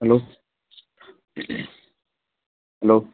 hello hello